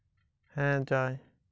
সোনা বা জমির পরিবর্তে ঋণ নেওয়া যায় কী?